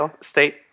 state